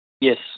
Yes